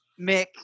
Mick